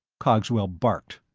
cogswell barked.